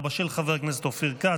2022,